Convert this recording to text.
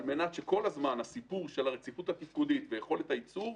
על מנת שהסיפור של הרציפות התפקודית ויכולת הייצור,